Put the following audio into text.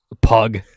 pug